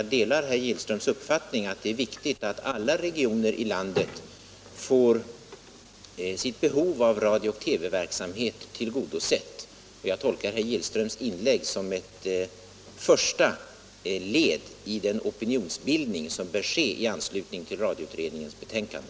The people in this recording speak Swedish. Jag delar naturligtvis herr Gillströms uppfattning att det är viktigt att alla regioner i landet får sitt behov av radio och TV-verksamhet tillgodosett. Jag tolkar herr Gillströms inlägg som ett första led i den opinionsbildning som bör ske i anslutning till radioutredningens betänkande.